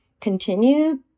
continue